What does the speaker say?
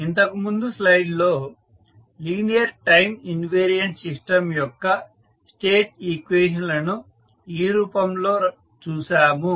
ఇంతకు ముందు స్లైడ్ లో లీనియర్ టైం ఇన్వేరియంట్ సిస్టం యొక్క స్టేట్ ఈక్వేషన్ లను ఈ రూపంలో చూసాము